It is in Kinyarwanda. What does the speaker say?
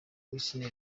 whitney